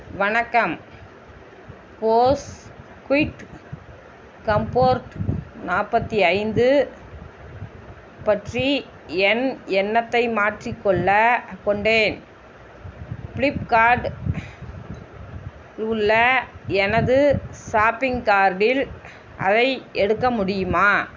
வணக்கம் Bose quiet comfort நாற்பத்தி ஐந்து பற்றி என் எண்ணத்தை மாற்றிக்கொள்ள கொண்டேன் ப்ளிப்கார்டு உள்ள எனது சாப்பிங் கார்ட்டில் அதை எடுக்க முடியுமா